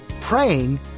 Praying